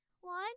One